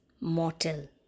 mortal